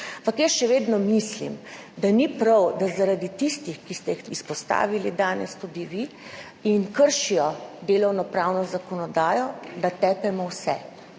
Ampak jaz še vedno mislim, da ni prav, da zaradi tistih, ki ste jih izpostavili danes tudi vi in kršijo delovnopravno zakonodajo, tepemo vse.